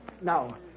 Now